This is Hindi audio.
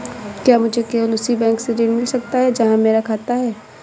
क्या मुझे केवल उसी बैंक से ऋण मिल सकता है जहां मेरा खाता है?